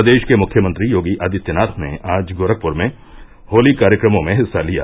प्रदेश के मुख्यमंत्री योगी आदित्यनाथ ने आज गोरखपुर में होली कार्यक्रमों में हिस्सा लिया